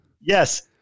Yes